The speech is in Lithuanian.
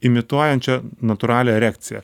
imituojančią natūralią erekciją